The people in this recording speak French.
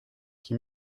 qui